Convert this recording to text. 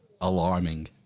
alarming